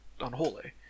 Unholy